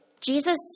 Jesus